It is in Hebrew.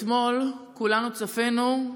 אתמול כולנו צפינו,